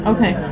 Okay